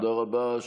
תודה רבה.